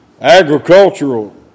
agricultural